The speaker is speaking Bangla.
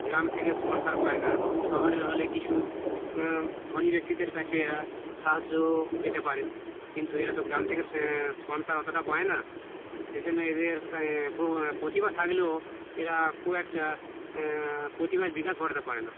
গ্রাম থেকে স্পন্সর পায় না শহরের হলে কিছু ধনী ব্যক্তিদের কাছে এরা সাহায্য পেতে পারে কিন্তু এরা তো গ্রাম থেকে সে স্পন্সর অতটা পায় না সেই জন্য এদের প্র প্রতিভা থাকলেও এরা খুব একটা প্রতিভার বিকাশ ঘটাতে পারে না